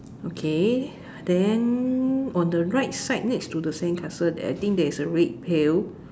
okay then on the right side next to the sandcastle I think there's a red pail